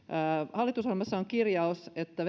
hallitusohjelmassa on kirjaus että